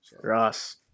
Ross